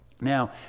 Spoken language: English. Now